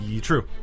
True